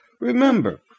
Remember